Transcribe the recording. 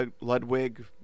Ludwig